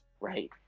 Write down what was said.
right